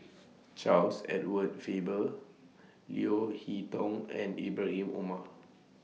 Charles Edward Faber Leo Hee Tong and Ibrahim Omar